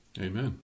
Amen